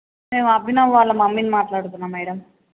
మేము అభినవ్ వాళ్ళ మమ్మీని మాట్లాడుతున్నాను మ్యాడమ్